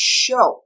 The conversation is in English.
show